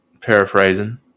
paraphrasing